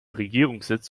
regierungssitz